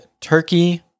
turkey